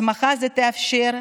הסמכה זו תאפשר,